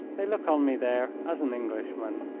they look on me there as an englishman.